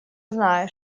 знаю